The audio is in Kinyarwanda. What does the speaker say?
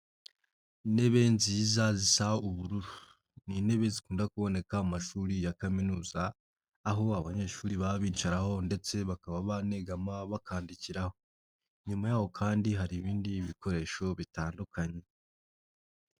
Intebe nziza zisa ubururu. Ni intebe zikunda kuboneka mu amashuri ya kaminuza, aho abanyeshuri baba bicaraho ndetse bakaba banegama, bakandikiraho. Inyuma yaho kandi hari ibindi bikoresho bitandukanye.